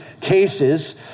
cases